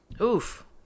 Oof